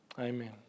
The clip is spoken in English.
Amen